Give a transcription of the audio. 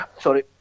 sorry